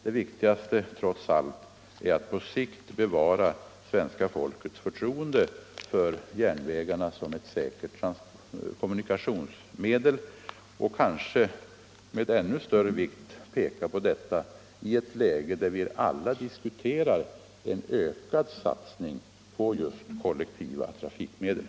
Det viktigaste är trots allt att vi på sikt kan bevara svenska folkets förtroende för järnvägarna som ett säkert kommunikationsmedel. Detta är särskilt viktigt i ett läge där vi alla diskuterar en ökad satsning på kollektiva trafikmedel.